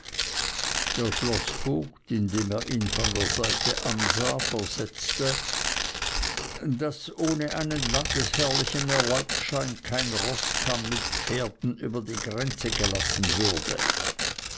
der schloßvogt indem er ihn von der seite ansah versetzte daß ohne einen landesherrlichen erlaubnisschein kein roßkamm mit pferden über die grenze gelassen würde